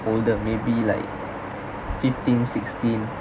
older maybe like fifteen sixteen